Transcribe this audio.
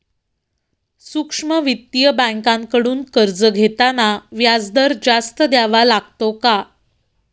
सूक्ष्म वित्तीय बँकांकडून कर्ज घेताना व्याजदर जास्त द्यावा लागतो का?